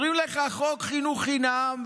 אומרים לך חוק חינוך חינם,